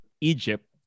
Egypt